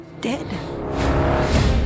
dead